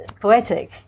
poetic